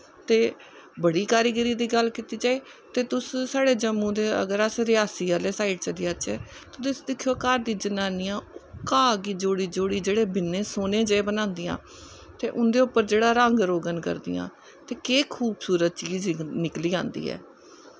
ते बड़ी कारिगरी दी गल्ल कीती जाए ते तुस साढ़े जम्मू दे रियासी आह्ली साईड चली जाह्चै ते तुस दिक्खेओ घर दी जनानियां घा गी जोड़ी जोड़ी बिन्ने सोह्नें जेह् बनांदियां ते उंदे पर जेह्ड़ा रंग रोगन करदियां ते केह् खूवसूरत चीज़ निकली जंदी ऐ